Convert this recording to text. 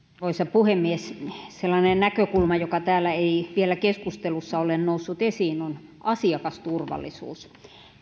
puhemies sellainen näkökulma joka täällä ei vielä keskustelussa ole noussut esiin on asiakasturvallisuus